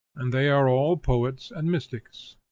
and they are all poets and mystics!